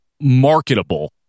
marketable